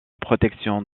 protection